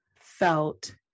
felt